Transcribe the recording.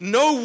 no